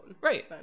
Right